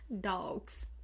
Dogs